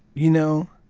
you know,